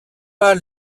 pas